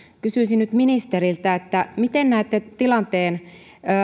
kysyisin nyt ministeriltä miten näette tilanteen